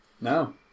No